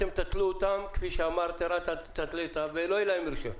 אתם תתלו אותן ולא יהיה להן רשיון.